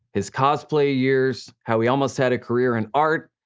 his cosplay years, how he almost had a career in art,